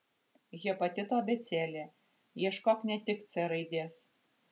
hepatito abėcėlė ieškok ne tik c raidės